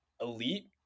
elite